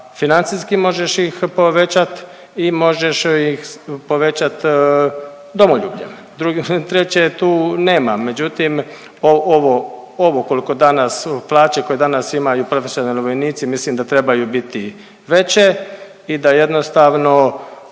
financijski možeš ih povećat i možeš ih povećat domoljubljem, drugi, treće tu nema. Međutim, ovo, ovo koliko danas plaće koje danas imaju profesionalni vojnici mislim da trebaju biti veće i da jednostavno